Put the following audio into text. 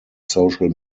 social